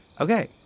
Okay